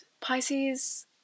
Pisces